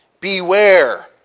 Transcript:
Beware